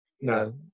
No